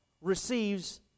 receives